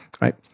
right